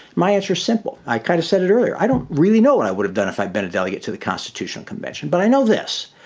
my answer is simple. i kind of said it earlier. i don't really know what i would have done if i'd been a delegate to the constitutional convention, but i know this.